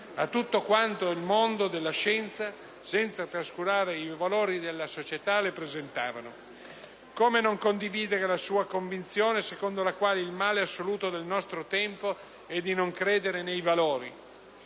a tutto quanto il mondo della scienza, senza trascurare i valori della società, le presentava. Come non condividere la sua convinzione secondo la quale il male assoluto del nostro tempo è di non credere nei valori